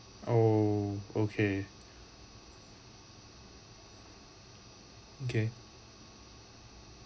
oh okay okay